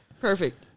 Perfect